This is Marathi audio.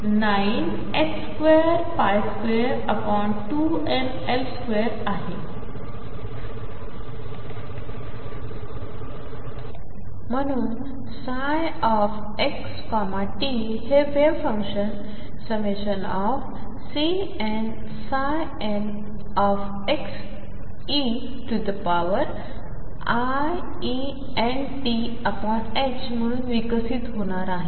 आहे आणिम्हणून ψxtहेवेव्हफंक्शनnCnnxe iEntम्हणूनविकसितहोणारआहे